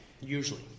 usually